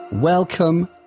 Welcome